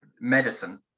medicine